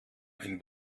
ein